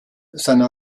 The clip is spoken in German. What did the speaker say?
seiner